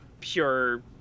pure